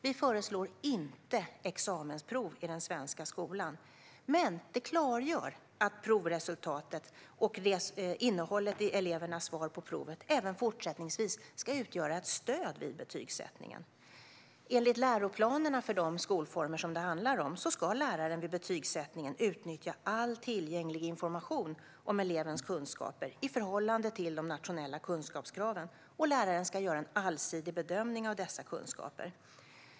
Vi föreslår inte examensprov i den svenska skolan. Men formuleringen klargör att provresultatet och innehållet i elevernas svar på proven även fortsättningsvis ska utgöra ett stöd vid betygsättningen. Enligt läroplanerna för de skolformer det handlar om ska läraren vid betygsättningen utnyttja all tillgänglig information om elevens kunskaper i förhållande till de nationella kunskapskraven. Och läraren ska göra en allsidig bedömning av dessa kunskaper.